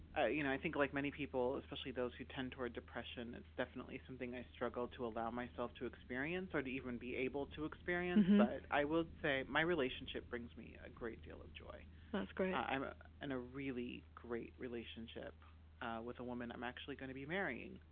ah you know i think like many people, especially those who tend toward depression, it's definitely something i struggle to allow myself to experience or to even be able to experience. but i would say my relationship brings me a great deal of joy that's great i'm ah in a really great relationship with a woman i'm actually going to be marrying,